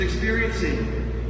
Experiencing